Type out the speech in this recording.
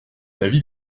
avis